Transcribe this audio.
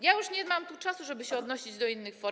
Ja już nie mam tu czasu, żeby się odnosić do innych form.